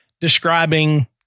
describing